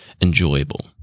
enjoyable